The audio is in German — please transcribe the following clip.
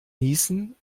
niesen